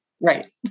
Right